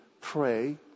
pray